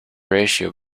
ratio